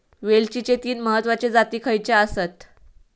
वेलचीचे तीन महत्वाचे जाती खयचे आसत?